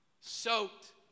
soaked